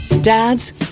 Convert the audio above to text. Dads